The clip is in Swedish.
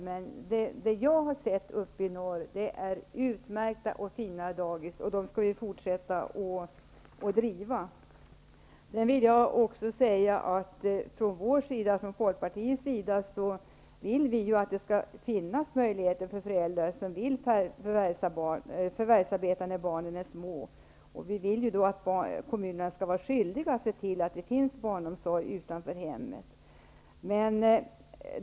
Det jag har sett av barnomsorg uppe i norr är utmärkta och fina dagis, och dem skall vi fortsätta att driva. Från Folkpartiets sida vill vi att det skall finnas möjligheter för föräldrar som vill förvärvsarbeta när barnen är små att göra det. Vi tycker att kommunerna skall ha skyldighet att se till att det finns barnomsorg utanför hemmet.